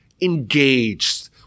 engaged